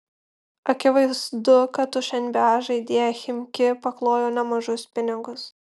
akivaizdu kad už nba žaidėją chimki paklojo nemažus pinigus